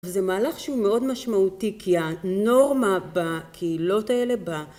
וזה מהלך שהוא מאוד משמעותי כי הנורמה בקהילות האלה ב...